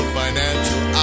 financial